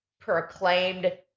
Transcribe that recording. proclaimed